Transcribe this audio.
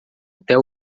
até